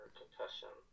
concussion